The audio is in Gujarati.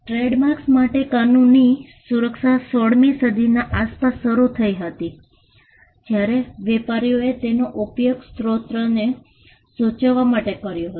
ટ્રેડમાર્ક્સ માટે કાનૂની સુરક્ષા 16 મી સદીની આસપાસ શરૂ થઈ હતી જ્યારે વેપારીઓએ તેનો ઉપયોગ સ્રોતને સૂચવવા માટે કર્યો હતો